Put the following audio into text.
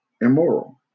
immoral